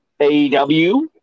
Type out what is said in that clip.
AEW